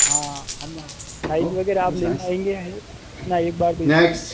हाँ हम साइज वगैरह आप लेने आएंगे एक बार तो स्कूल